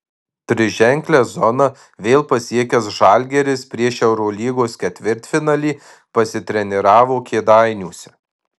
triženklę zoną vėl pasiekęs žalgiris prieš eurolygos ketvirtfinalį pasitreniravo kėdainiuose